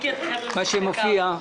כפי שמופיע בהודעה?